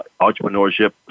entrepreneurship